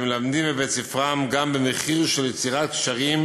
שמלמדים בבית-ספרם, גם במחיר של יצירת קשיים